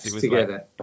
together